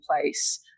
place